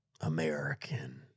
American